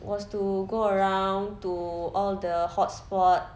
was to go around to all the hot spots